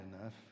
enough